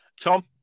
Tom